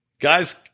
guy's